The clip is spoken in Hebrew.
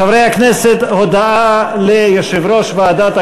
חברי הכנסת, 43 בעד,